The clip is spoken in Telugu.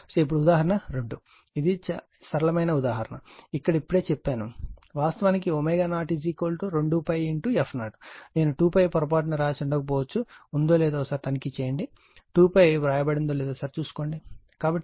ఇప్పుడు ఉదాహరణ 2 ఇది సరళమైన ఉదాహరణ ఇక్కడ ఇప్పుడే చెప్పాను వాస్తవానికి ω0 2π f0 నేను 2π పొరపాటున వ్రాసి ఉండకపోవచ్చు ఉందో లేదో తనిఖీ చేయండి 2π వ్రాయబడినదో లేదో సరిచూసుకోండి కాబట్టి ఇది 56